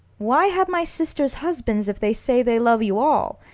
why have my sisters husbands, if they say they love you all?